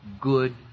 good